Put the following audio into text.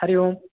Hari Om